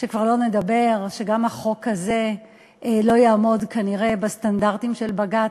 שכבר לא נדבר על כך שגם החוק הזה לא יעמוד כנראה בסטנדרטים של בג"ץ,